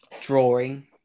drawing